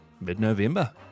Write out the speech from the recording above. mid-November